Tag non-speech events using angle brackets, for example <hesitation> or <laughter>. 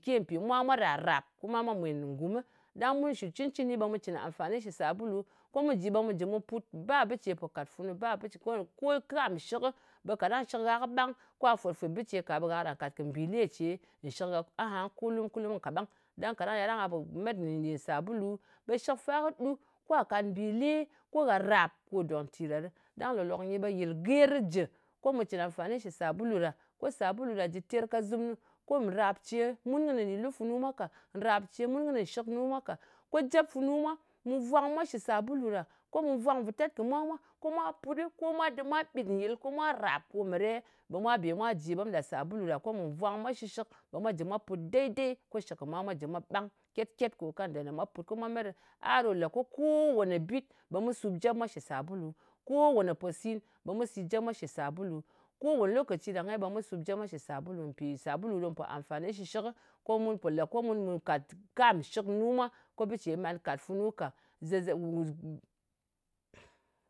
Shɨke mpì mwa mwā ràp-ràp. Mwa mwèn ngumɨ. Ɗang mun shɨ cɨn-cɨni ɓe mu cɨn amfani shɨ sàbulu, ko mu jɨ ɓe mu jɨ mu put. Be ba bɨ ce kò pò kàt funu. Ba bɨ ce. Ko kam nshɨkɨ ɓe kaɗang shɨk gha kɨ ɓang, kwa fwot fwep kɨ bɨ ce ka ɓe gha karan kàt kɨ mbìle ce nshɨk gha aha kulum, kulum kaɓang. Ɗang kaɗang ya ɗang ghà po met n-nyì sàbulu, ɓe shɨk fa kɨ ɗu, kwa kat mbìle, ko ghà ràp ko dòk ntì ɗa ɗɨ. Ɗang lòk-lòk nyì ɓe yɨl ger jɨ, ko mu cɨn amfani shɨ sabulu ɗa. Ko sabulu ɗa jɨ terkazɨmnu, ko nrap ce mun kɨnɨ nɗin lu funu mwa ka. Ko jep funu mwa, mu vwang mwa shɨ sabulu ɗa. Ko mu vwang futat kɨ mwa mwā, ko mwa put ɗɨ, ko mwa ɓit nyɨl, ko mwa ràp ko meɗe, ɓe mwa be mwa jì, ɓe mu ɗap sabulu ɗa, ko mu vwang mwa shɨshɨk ɓe mwa put dei-dei, ko shɨk kɨ mwa mwā jɨ mwa ɓang ket-ket ko kanda ne mwa put ko mwa met ɗi. A ɗò lē ko ko wane bit, ɓe mu sup jep mwa shɨ sabulu. Ko wane posin ɓw mu sup jep mwa shɨ sabulu. Ko wane lokaci ɗange, ɓe mu sup jep mwa shɨ sabulu. Mpi sàbulu ɗo mu pò amfani shɨshɨkɨ, ko mu po lē ko mu po kàt kam nshɨknu mwa, ko bɨ ce man kàt funu ka zeze <hesitation>